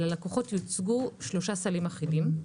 ללקוחות יוצגו שלושה סלים אחידים.